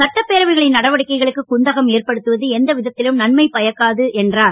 சட்டப்பேரவைகளின் நடவடிக்கைகளுக்கு குந்தகம் ஏற்படுத்துவது எந்த விதத்திலும் நன்மை பயக்காது என்றார்